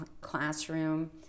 classroom